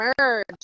merge